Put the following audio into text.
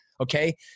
okay